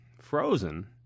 Frozen